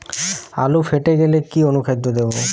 আলু ফেটে গেলে কি অনুখাদ্য দেবো?